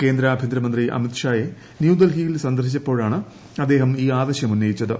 കേന്ദ്ര ആഭ്യന്തരമന്ത്രി അമിത് ഷായെ ന്യൂഡൽഹിയിൽ സന്ദർശിച്ചപ്പോഴാണ് അദ്ദേഹം ഈ ആവശ്യം ഉന്നയിച്ചത്